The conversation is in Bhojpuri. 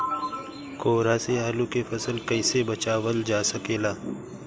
कोहरा से आलू के फसल कईसे बचावल जा सकेला?